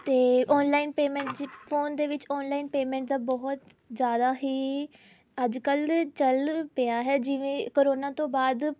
ਅਤੇ online payments phone ਦੇ ਵਿੱਚ ਔਨਲਾਈਨ ਪੇਮੈਂਟ ਦਾ ਬਹੁਤ ਜ਼ਿਆਦਾ ਹੀ ਅੱਜ ਕੱਲ੍ਹ ਚੱਲ ਪਿਆ ਹੈ ਜਿਵੇਂ ਕਰੋਨਾ ਤੋਂ ਬਾਅਦ